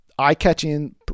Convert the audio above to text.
eye-catching